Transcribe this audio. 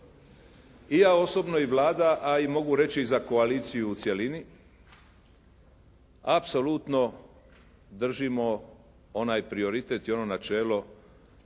I ja osobno i Vlada a i mogu reći za koaliciju u cjelini apsolutno držimo onaj prioritet i ono načelo kao